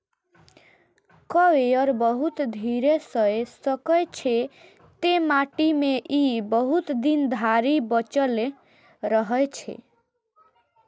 coir बहुत धीरे सं सड़ै छै, तें माटि मे ई बहुत दिन धरि बचल रहै छै